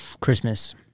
Christmas